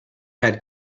had